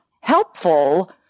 helpful